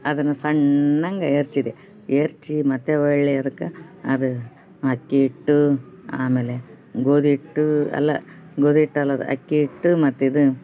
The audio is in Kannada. ಅದನ್ನು ಸಣ್ಣಗೆ ಹೆರ್ಚಿದೆ ಹೆರ್ಚಿ ಮತ್ತೆ ಹೊಳ್ಳೆ ಅದ್ಕೆ ಅದು ಅಕ್ಕಿ ಹಿಟ್ಟು ಆಮೇಲೆ ಗೋಧಿ ಹಿಟ್ಟು ಅಲ್ಲ ಗೋಧಿ ಹಿಟ್ ಅಲ್ಲ ಅದು ಅಕ್ಕಿ ಹಿಟ್ಟು ಮತ್ತು ಇದು